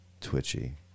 twitchy